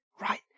right